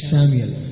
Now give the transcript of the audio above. Samuel